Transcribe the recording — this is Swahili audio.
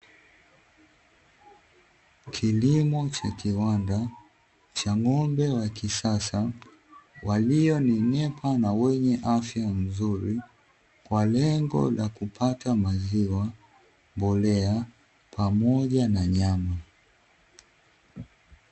Kilimo cha kiwanda, cha ng'ombe wa kisasa, walio nenepa na wenye afya nzuri, kwa lengo la kupata maziwa, mbolea, pamoja na nyama.